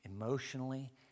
emotionally